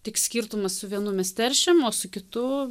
tik skirtumas su vienu mes teršiam o su kitu